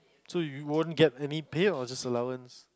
so you won't get any pay or just allowance